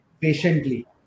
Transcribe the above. patiently